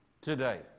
today